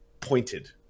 pointed